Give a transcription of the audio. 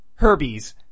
Herbies